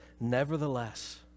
Nevertheless